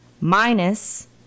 minus